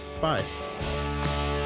Bye